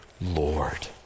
lord